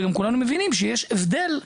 וכולנו גם מבינים שיש הבדל.